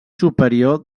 superior